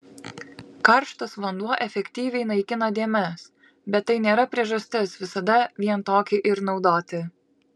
karštas vanduo efektyviai naikina dėmes bet tai nėra priežastis visada vien tokį ir naudoti